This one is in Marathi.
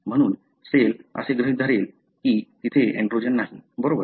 म्हणून सेल असे गृहीत धरेल की तेथे एंड्रोजन नाही बरोबर